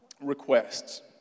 requests